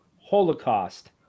holocaust